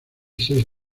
seis